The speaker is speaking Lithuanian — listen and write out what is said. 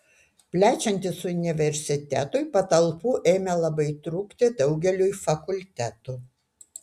plečiantis universitetui patalpų ėmė labai trūkti daugeliui fakultetų